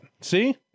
see